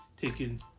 taken